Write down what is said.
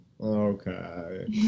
Okay